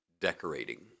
decorating